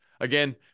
Again